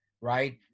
Right